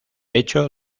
hecho